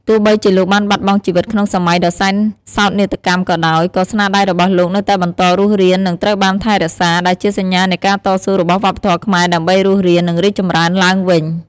ទោះបីជាលោកបានបាត់បង់ជីវិតក្នុងសម័យដ៏សែនសោកនាដកម្មក៏ដោយ ក៏ស្នាដៃរបស់លោកនៅតែបន្តរស់រាន និងត្រូវបានថែរក្សា ដែលជាសញ្ញានៃការតស៊ូរបស់វប្បធម៌ខ្មែរដើម្បីរស់រាន និងរីកចម្រើនឡើងវិញ ។